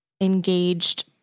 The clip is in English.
engaged